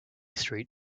street